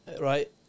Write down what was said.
Right